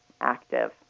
active